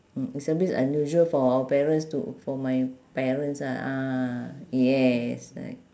mm it's a bit unusual for our parents to for my parents ah ah yes